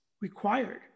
required